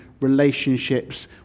relationships